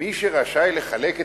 שמי שרשאי לחלק את